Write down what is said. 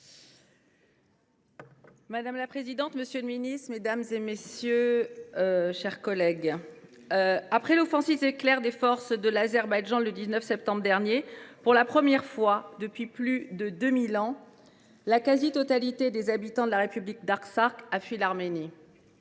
Madame la présidente, monsieur le ministre, mes chers collègues, après l’offensive éclair des forces de l’Azerbaïdjan le 19 septembre dernier, pour la première fois depuis plus de deux mille ans, la quasi totalité des habitants de la république d’Artsakh a fui l’Arménie.